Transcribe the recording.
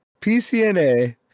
PCNA